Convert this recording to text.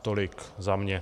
Tolik za mě.